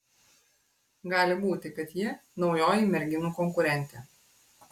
gali būti kad ji naujoji merginų konkurentė